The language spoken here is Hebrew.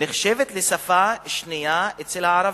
נחשבת לשפה שנייה אצל הערבים,